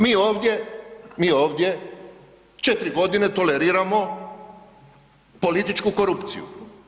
Mi ovdje, mi ovdje 4 godine toleriramo političku korupciju.